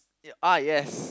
ya ah yes